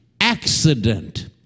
accident